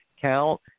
count